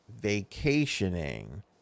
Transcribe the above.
vacationing